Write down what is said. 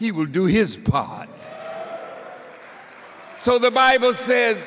he will do his pod so the bible says